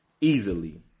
easily